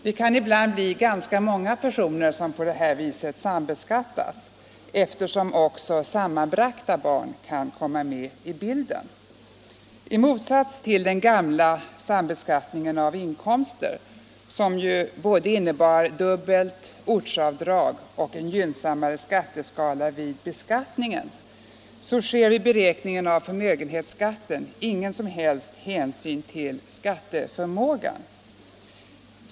Det kan ibland bli ganska många personer som på detta vis sambeskattas, eftersom även sammanbragta barn kan komma med i bilden. I motsats till den gamla sambeskattningen av inkomster, som innebar både dubbelt ortsavdrag och en gynnsammare skatteskala vid beskattningen, tas vid beräkningen av förmögenhetsskatten ingen som helst hänsyn till skatteförmågan.